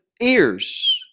ears